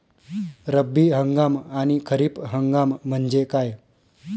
रब्बी हंगाम आणि खरीप हंगाम म्हणजे काय?